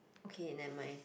okay nevermind